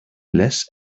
less